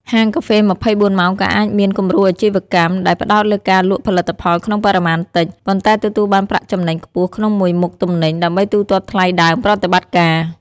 ហាងកាហ្វេ ២៤ ម៉ោងក៏អាចមាន គំរូអាជីវកម្ម ដែលផ្តោតលើការលក់ផលិតផលក្នុងបរិមាណតិច ប៉ុន្តែទទួលបានប្រាក់ចំណេញខ្ពស់ក្នុងមួយមុខទំនិញ ដើម្បីទូទាត់ថ្លៃដើមប្រតិបត្តិការ។